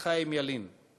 אנחנו נפתח עם שאילתות דחופות.